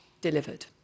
delivered